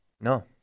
No